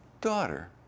daughter